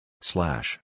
Slash